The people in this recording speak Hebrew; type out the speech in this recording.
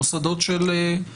המוסדות של מוגבלות נפשית.